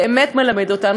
באמת מלמד אותנו,